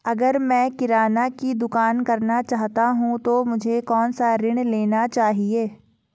अगर मैं किराना की दुकान करना चाहता हूं तो मुझे कौनसा ऋण लेना चाहिए?